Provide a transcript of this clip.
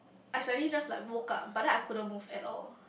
I suddenly just like woke up but then I couldn't move at all